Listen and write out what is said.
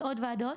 לעוד ועדה,